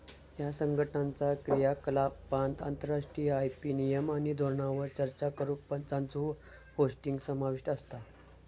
ह्या संघटनाचा क्रियाकलापांत आंतरराष्ट्रीय आय.पी नियम आणि धोरणांवर चर्चा करुक मंचांचो होस्टिंग समाविष्ट असता